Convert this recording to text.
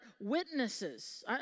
witnesses